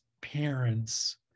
parents